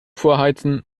vorheizen